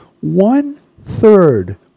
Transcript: one-third